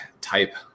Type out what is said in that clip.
type